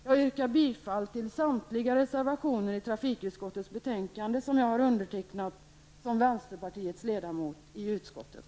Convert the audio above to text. Jag yrkar bifall till samtliga reservationer till trafikutskottets betänkande som jag står bakom som vänsterpartiets ledamot i utskottet.